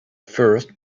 first